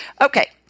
Okay